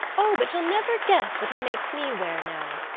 o, but you'll never guess what he makes me wear now!